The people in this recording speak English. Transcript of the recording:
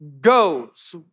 goes